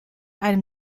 einem